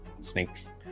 Snakes